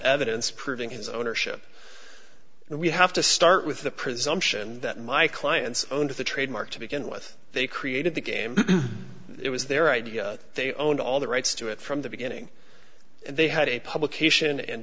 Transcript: evidence proving his ownership and we have to start with the presumption that my clients owned the trademark to begin with they created the game it was their idea they owned all the rights to it from the beginning and they had a publication and